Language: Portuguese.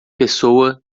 pessoa